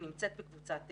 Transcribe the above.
ונמצאת בקבוצת סיכון.